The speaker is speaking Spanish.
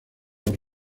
los